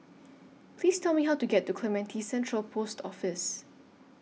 Please Tell Me How to get to Clementi Central Post Office